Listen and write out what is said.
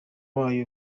wayo